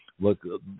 look –